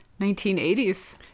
1980s